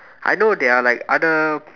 I know there are like other